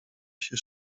się